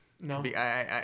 No